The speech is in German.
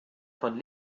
von